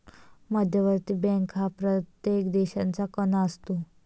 मध्यवर्ती बँक हा प्रत्येक देशाचा कणा असतो